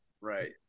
Right